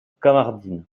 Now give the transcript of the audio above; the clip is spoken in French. kamardine